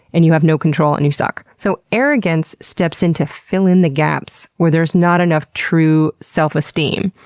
and you have no control, and you suck. so, arrogance steps in to fill in the gaps where there's not enough true self-esteem.